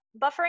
Buffering